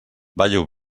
ballo